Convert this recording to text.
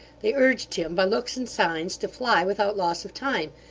they urged him by looks and signs to fly without loss of time,